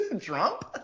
Trump